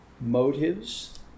motives